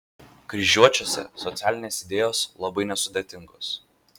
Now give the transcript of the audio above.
kryžiuočiuose socialinės idėjos labai nesudėtingos